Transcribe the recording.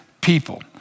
people